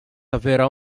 haverá